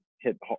hit